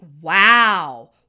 Wow